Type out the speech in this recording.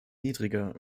niedriger